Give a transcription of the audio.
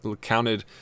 counted